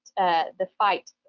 the fight,